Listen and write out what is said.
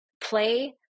play